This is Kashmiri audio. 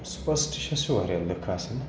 سُپَرسٹشَس چھِ واریاہ لُکھ آسان